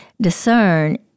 discern